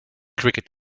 cricket